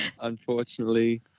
Unfortunately